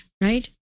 right